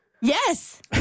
Yes